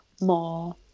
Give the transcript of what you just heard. more